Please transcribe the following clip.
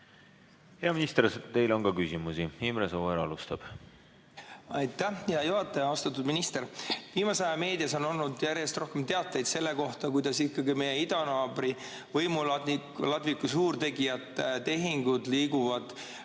Hea minister, teile on ka küsimusi. Imre Sooäär alustab. Aitäh, hea juhataja! Austatud minister! Viimasel ajal on meedias olnud järjest rohkem teateid selle kohta, kuidas ikkagi meie idanaabri võimuladviku suurtegijate tehingud liiguvad